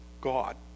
God